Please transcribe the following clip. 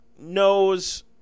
knows